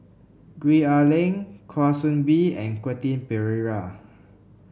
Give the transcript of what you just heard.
Gwee Ah Leng Kwa Soon Bee and Quentin Pereira